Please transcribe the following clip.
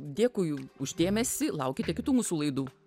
dėkui už dėmesį laukite kitų mūsų laidė